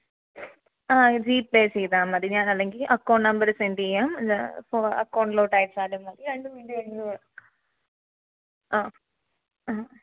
അ G Pay ചെയ്താൽ മതി ഞാൻ അല്ലെങ്കിൽ അക്കൗണ്ട് നമ്പർ സെൻഡ് ചെയ്യാം പൊ അക്കൗണ്ടിലോട്ട് അയച്ചാലും മതി ആ ആ